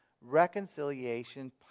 reconciliation